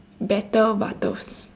better but toast